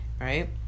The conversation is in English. Right